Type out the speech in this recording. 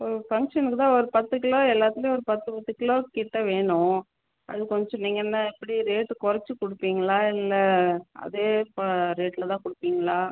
ஒரு ஃபங்க்ஷனுக்கு தான் ஒரு பத்து கிலோ எல்லாத்துலேயும் ஒரு பத்து பத்து கிலோ கிட்டே வேணும் அது கொஞ்சம் நீங்கள் என்ன எப்படி ரேட்டு குறைச்சி கொடுப்பீங்களா இல்லை அதே ப ரேட்டில் தான் கொடுப்பீங்களா